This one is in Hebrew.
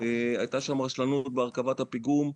הייתה שם רשלנות בהרכבת הפיגום,